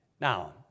Now